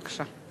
בבקשה.